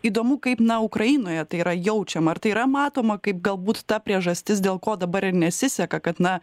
įdomu kaip na ukrainoje tai yra jaučiama ar tai yra matoma kaip galbūt ta priežastis dėl ko dabar ir nesiseka kad na